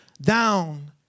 down